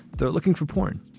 they're looking for porn.